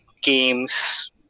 games